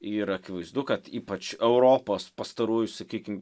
ir akivaizdu kad ypač europos pastarųjų sakykim